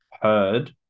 heard